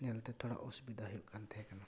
ᱧᱮᱞᱛᱮ ᱛᱷᱚᱲᱟ ᱚᱥᱩᱵᱤᱫᱟ ᱦᱩᱭᱩᱜ ᱠᱟᱱ ᱛᱟᱦᱮᱸᱠᱟᱱᱟ